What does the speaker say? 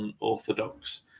unorthodox